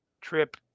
trip